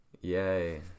Yay